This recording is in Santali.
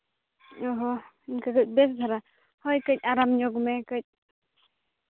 ᱚ ᱦᱚᱸ ᱠᱟᱹᱴᱤᱡ ᱵᱮᱥ ᱫᱷᱟᱨᱟ ᱦᱳᱭ ᱠᱟᱹᱡ ᱟᱨᱟᱢ ᱧᱚᱜᱽ ᱢᱮ ᱠᱟᱹᱡ